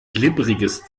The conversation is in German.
glibberiges